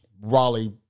Raleigh